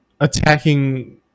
attacking